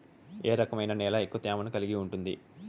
ఏ రకమైన నేల ఎక్కువ తేమను కలిగి ఉంటుంది?